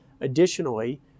Additionally